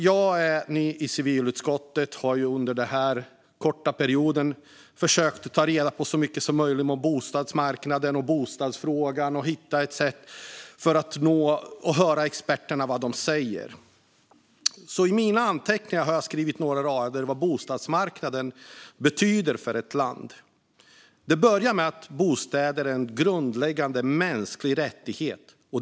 Jag är ny i civilutskottet och har under denna korta period försökt ta reda på så mycket som möjligt om bostadsmarknaden och bostadsfrågan och höra vad experterna säger. I mina anteckningar har jag skrivit några rader om vad bostadsmarknaden betyder för ett land. Det är en grundläggande mänsklig rättighet att ha en bostad.